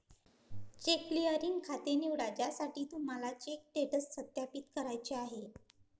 check clearing खाते निवडा ज्यासाठी तुम्हाला चेक स्टेटस सत्यापित करायचे आहे